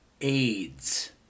AIDS